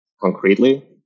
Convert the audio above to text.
concretely